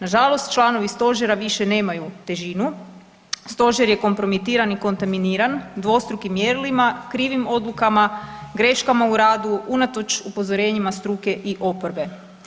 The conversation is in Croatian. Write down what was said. Nažalost, članovi stožera više nemaju težinu, stožer je kompromitiran i kontaminiran dvostrukim mjerilima, krivim odlukama, graškama u radu unatoč upozorenjima struke i oporbe.